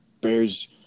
Bears –